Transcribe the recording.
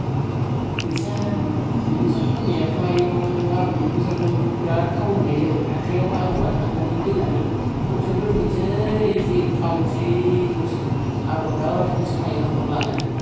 फैसा फैसा खावनायाथ' आयु आबौनि फैसाखौ बिराद खावोमोनहाय जोङो हाथायाव आबौआ थांनानै फैनानै खर'सायाव दोनफैनोसै जि खावनोसै आबौआ बिराद होसोखायोमोन गन लानानै